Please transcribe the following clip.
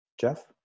Jeff